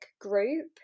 group